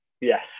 Yes